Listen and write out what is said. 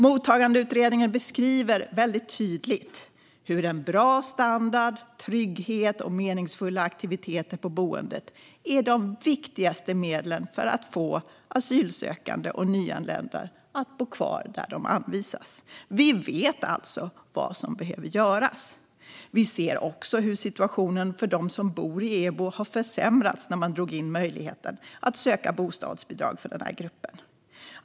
Mottagandeutredningen beskriver väldigt tydligt hur en bra standard, trygghet och meningsfulla aktiviteter på boendet är de viktigaste medlen för att få asylsökande och nyanlända att bo kvar där de anvisas. Vi vet alltså vad som behöver göras. Vi ser också hur situationen för dem som bor i EBO försämrades när man drog in möjligheten att söka bostadsbidrag för denna grupp.